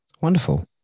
wonderful